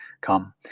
come